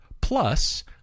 plus